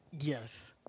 yes